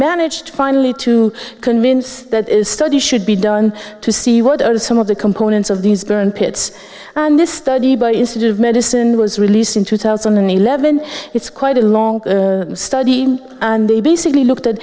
managed finally to convince that is study should be done to see what are some of the components of these burn pits and this study by institute of medicine was released in two thousand and eleven it's quite a long study and they basically looked at